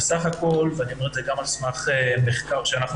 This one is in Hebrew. בסך הכל ואני אומר את זה גם על סמך מחקר שאנחנו